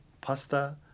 pasta